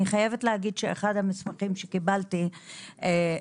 אני חייבת להגיד שאחד המסמכים שקיבלתי ובו